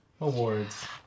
awards